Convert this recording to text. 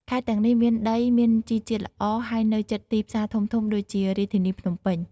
ខេត្តទាំងនេះមានដីមានជីជាតិល្អ ហើយនៅជិតទីផ្សារធំៗដូចជារាជធានីភ្នំពេញ។